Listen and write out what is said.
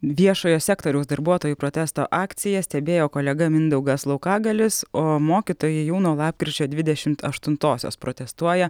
viešojo sektoriaus darbuotojų protesto akciją stebėjo kolega mindaugas laukagalis o mokytojai jau nuo lapkričio dvidešimt aštuntosios protestuoja